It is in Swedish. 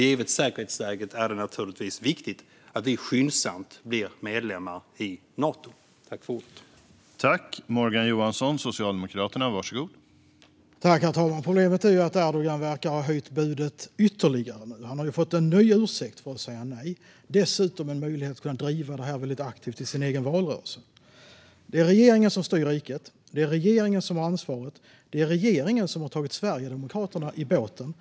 Givet säkerhetsläget är det naturligtvis viktigt att vi skyndsamt blir medlemmar i Nato.